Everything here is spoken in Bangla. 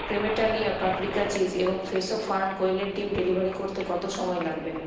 ক্রেমেটালিয়া পাপরিকা চিজ এবং ফ্রেশো ফার্ম কোয়েলের ডিম ডেলিভারি করতে কত সময় লাগবে